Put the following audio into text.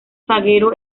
zaguero